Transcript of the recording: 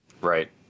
Right